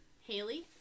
Haley